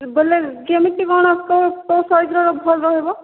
ବେଲେ କେମିତି କ'ଣ କୋଉ କୋଉ ସାଇଜ୍ ର ଭଲ୍ ରହିବ